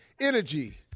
Energy